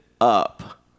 up